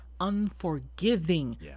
unforgiving